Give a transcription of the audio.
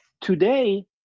Today